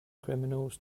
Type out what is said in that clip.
criminals